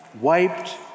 wiped